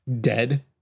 dead